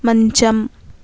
మంచం